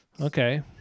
okay